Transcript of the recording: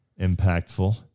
impactful